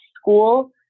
school